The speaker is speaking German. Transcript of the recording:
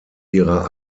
ihrer